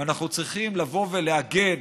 ואנחנו צריכים לבוא ולהגן